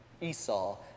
Esau